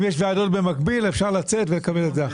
אם יש ועדות במקביל, אפשר לצאת ולהיכנס.